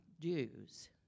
Jews